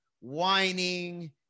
whining